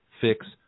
fix